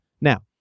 Now